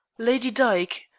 lady dyke,